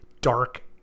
dark